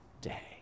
day